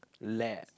lab